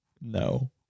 No